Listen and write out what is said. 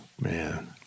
man